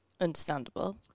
Understandable